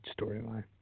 storyline